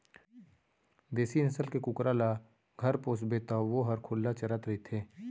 देसी नसल के कुकरा ल घर पोसबे तौ वोहर खुल्ला चरत रइथे